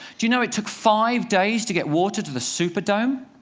you know it took five days to get water to the superdome?